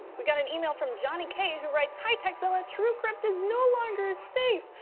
we got an email from johnny k, who writes, hi tekzilla, truecrypt is no longer safe!